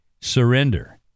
Surrender